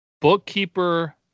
Bookkeeper